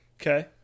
okay